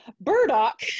burdock